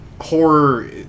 horror